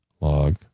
log